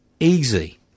easy